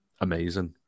amazing